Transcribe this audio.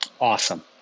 Awesome